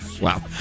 Wow